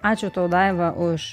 ačiū tau daiva už